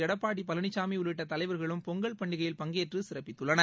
எடப்பாடி பழனிசாமி உள்ளிட்ட தலைவர்களும் பொங்கல் பண்டிகையில் பங்கேற்று சிறப்பித்துள்ளனர்